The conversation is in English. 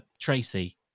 Tracy